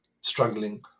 struggling